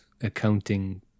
accounting